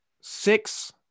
Six